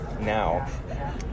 now